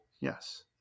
Yes